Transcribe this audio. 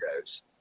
goes